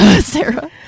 Sarah